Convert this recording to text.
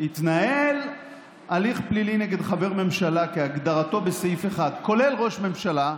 "התנהל הליך פלילי נגד חבר ממשלה כהגדרתו בסעיף 1" כולל ראש ממשלה,